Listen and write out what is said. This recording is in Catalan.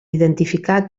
identificar